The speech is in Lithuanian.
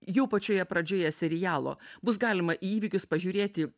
jau pačioje pradžioje serialo bus galima į įvykius pažiūrėti